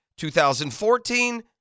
2014